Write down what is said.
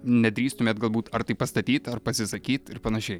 nedrįstumėt galbūt ar tai pastatyt ar pasisakyt ir panašiai